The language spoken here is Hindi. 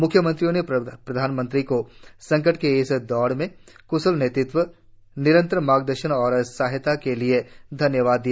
म्ख्यमंत्रियों ने प्रधानमंत्री को संकट के इस दौर में क्शल नेतृत्व निरंतर मार्गदर्शन और सहायता के लिये धन्यवाद दिया